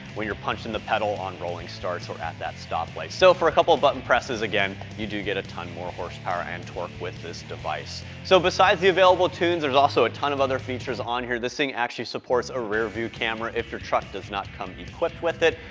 when you're punching the pedal on rolling starts or at that stop light. so for a couple of button presses, again, you do get a ton more horsepower and torque with this device. so besides the available tunes, there's also a ton of other features on here. this thing actually supports a rear-view camera if your truck does not come equipped with it.